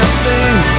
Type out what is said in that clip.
sing